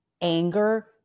anger